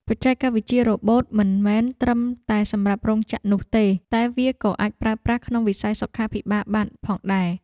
បច្ចេកវិទ្យារ៉ូបូតមិនមែនត្រឹមតែសម្រាប់រោងចក្រនោះទេតែវាក៏អាចប្រើប្រាស់ក្នុងវិស័យសុខាភិបាលបានផងដែរ។